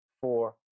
four